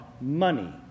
money